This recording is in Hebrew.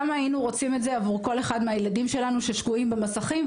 כמה היינו רוצים את זה עבור כל אחד מהילדים שלנו ששקועים במסכים,